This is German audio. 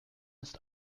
ist